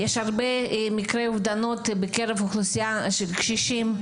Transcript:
יש הרבה מקרי אובדנות בקרב אוכלוסיית הקשישים,